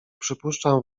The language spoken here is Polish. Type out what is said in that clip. przypuszczam